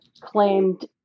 claimed